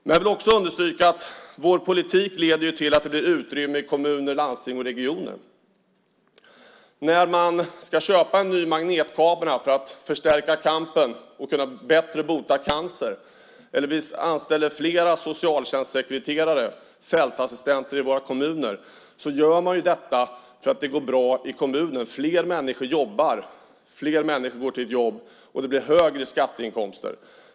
Jag vill också understryka att vår politik leder till att det blir utrymme i kommuner, landsting och regioner. När man ska köpa en ny magnetkamera för att förstärka kampen mot och bättre kunna bota cancer eller anställa flera socialtjänstsekreterare, fältassistenter, i våra kommuner gör man ju detta för att det går bra i kommunen. Fler människor går till jobb, och det blir högre skatteinkomster.